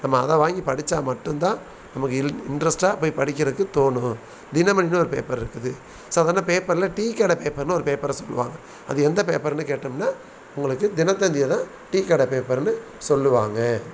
நம்ம அதை வாங்கி படித்தா மட்டும் தான் நமக்கு இல் இண்ட்ரஸ்ட்டாக போய் படிக்கிறதுக்கு தோணும் தினமணினு ஒரு பேப்பர் இருக்குது சாதாரண பேப்பரில் டீக்கடை பேப்பர்னு ஒரு பேப்பரை சொல்லுவாங்க அது எந்த பேப்பர்னு கேட்டோம்னால் உங்களுக்கு தினத்தந்தியை தான் டீக்கடை பேப்பர்னு சொல்லுவாங்க